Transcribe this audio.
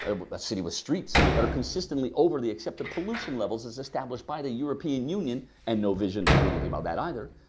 and city with streets that are consistently over the accepted pollution levels as established by the european union and no vision to do anything about that either,